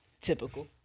Typical